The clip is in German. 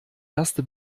erste